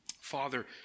Father